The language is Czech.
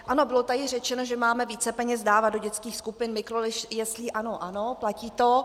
Ano, bylo tady řečeno, že máme více peněz dávat do dětských skupin, mikrojeslí, ano, ano, platí to.